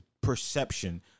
perception